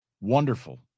wonderful